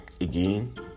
Again